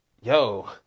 Yo